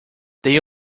they